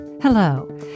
Hello